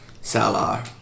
Salar